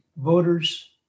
voters